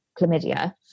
chlamydia